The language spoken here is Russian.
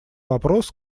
вопрос